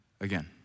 again